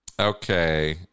okay